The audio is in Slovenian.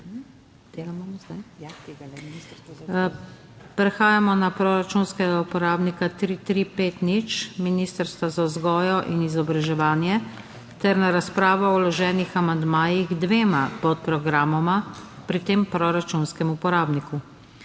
Prehajamo na proračunskega uporabnika 3350 Ministrstva za vzgojo in izobraževanje ter na razpravo o vloženih amandmajih k dvema podprogramoma pri tem proračunskem uporabniku.